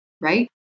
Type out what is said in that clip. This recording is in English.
right